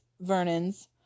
vernon's